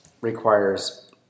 requires